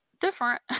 different